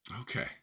Okay